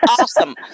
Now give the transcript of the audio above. awesome